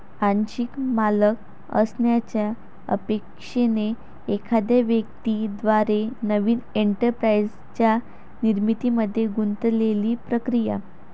आंशिक मालक असण्याच्या अपेक्षेने एखाद्या व्यक्ती द्वारे नवीन एंटरप्राइझच्या निर्मितीमध्ये गुंतलेली प्रक्रिया